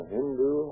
Hindu